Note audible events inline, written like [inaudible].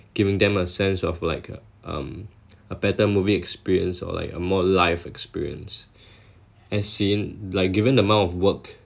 are [breath] giving them a sense of like a um a better movie experience or like a more live experience [breath] and seeing like given the amount of work